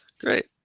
Great